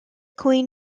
queen